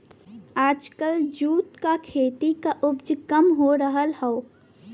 आजकल जूट क खेती क उपज काम हो रहल हौ